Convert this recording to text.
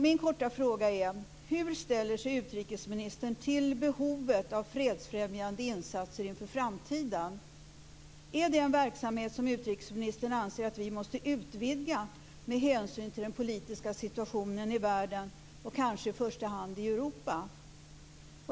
Min korta fråga är: Hur ställer sig utrikesministern till behovet av fredsfrämjande insatser inför framtiden? Är det en verksamhet som utrikesministern anser att vi måste utvidga med hänsyn till den politiska situationen i världen och kanske i första hand i Europa?